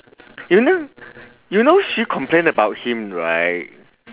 you know you know she complain about him right